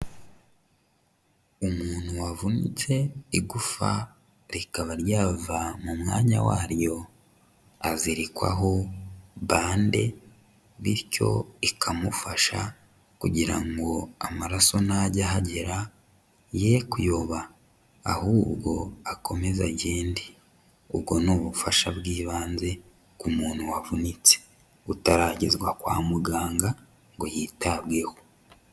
Umuntu wavunitse igufwa rikaba ryava mu mwanya waryo, azirikwaho bande bityo ikamufasha kugira ngo amaraso najya ahagera ye kuyoba, ahubwo akomeze agende. Ubwo ni ubufasha bw'ibanze ku muntu wavunitse. Utararagezwa kwa muganga ngo yitabweho.